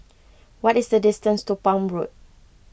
what is the distance to Palm Road